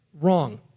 wrong